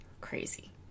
crazy